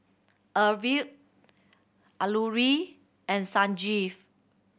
Arvind Alluri and Sanjeev